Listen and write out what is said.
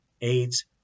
AIDS